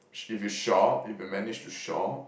if you shop if you manage to shop